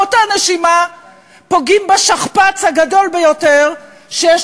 באותה נשימה פוגעים בשכפ"ץ הגדול ביותר שיש